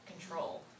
control